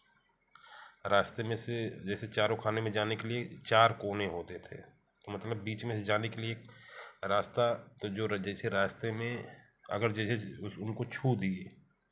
रास्ते में से जैसे चारों खाने में जाने के लिए चार कोने होते थे तो मतलब बीच में से जाने के लिए रास्ता एक जोड़ जैसे रास्ते में अगर जैसे उस उनको छू दिए